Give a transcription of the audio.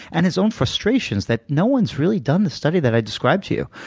and his own frustrations that no one has really done the study that i described to you.